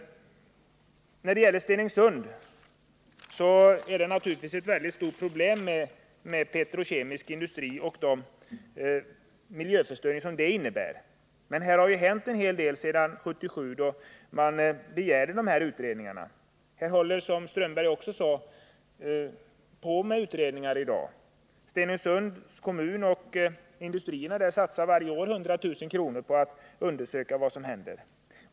I fråga om Stenungsund är det naturligtvis ett väldigt stort problem med petrokemisk industri och den miljöförstöring som den innebär. Men här har ju hänt en hel del sedan 1977, då man begärde dessa utredningar. Man håller, som Håkan Strömberg också sade, på med utredningar i dag. Stenungsunds kommun och industrierna där satsar varje år ca 100 000 kr. på att undersöka vad som händer.